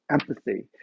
empathy